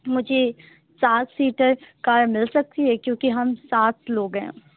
مجھے سات seater car مل سکتی ہے کیوں کہ ہم سات لوگ ہیں